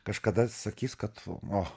kažkada sakys kad o